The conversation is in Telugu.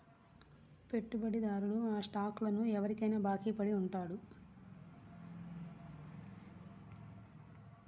పెట్టుబడిదారుడు ఆ స్టాక్లను ఎవరికైనా బాకీ పడి ఉంటాడు